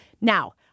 Now